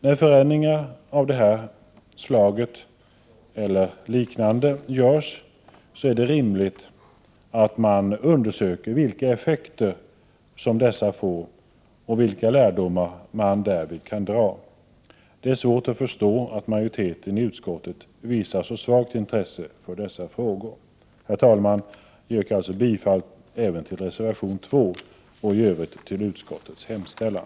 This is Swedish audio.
När förändringar av det här slaget eller liknande görs, är det rimligt att man undersöker vilka effekter som dessa får och vilka lärdomar man därvid kan dra. Det är svårt att förstå att majoriteten i utskottet visar så svagt intresse för dessa frågor. Herr talman! Jag yrkar alltså bifall även till reservation 2 och i övrigt till utskottets hemställan.